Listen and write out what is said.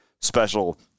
special –